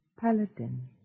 Paladin